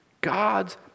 God's